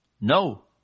No